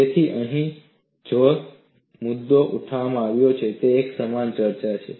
તેથી અહીં જે મુદ્દો ઉઠાવવામાં આવ્યો છે તે એક સમાન ચર્ચા છે